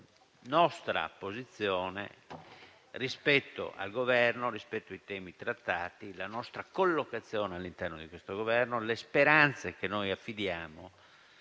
la nostra posizione rispetto al Governo e ai temi trattati, la nostra collocazione all'interno di questo Governo, le speranze che noi affidiamo